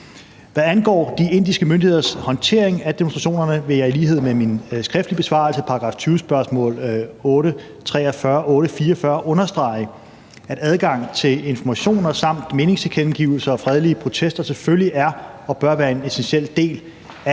Hvad angår de indiske myndigheders håndtering af demonstrationerne, vil jeg i lighed med min skriftlige besvarelse, § 20-spørgsmål, nr. 843 og nr. 844, understrege, at adgang til informationer samt meningstilkendegivelser og fredelige protester selvfølgelig er og bør være en essentiel del af